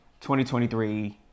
2023